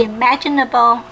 Imaginable